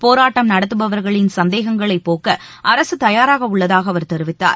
போராட்டம் நடத்துபவர்களின் சந்தேகங்களை போக்க அரசு தயாராக உள்ளதாக அவர் தெரிவித்தார்